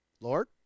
Lord